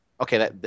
Okay